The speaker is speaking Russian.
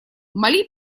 мали